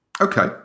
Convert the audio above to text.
Okay